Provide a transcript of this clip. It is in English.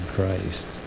Christ